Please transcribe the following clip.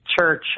Church